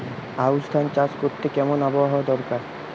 আউশ ধান চাষ করতে কেমন আবহাওয়া দরকার?